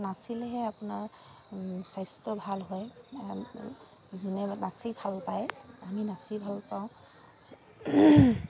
নাচিলেহে আপোনাৰ স্বাস্থ্য ভাল হয় যোনে নাচি ভাল পায় আমি নাচি ভাল পাওঁ